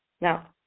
Now